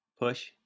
push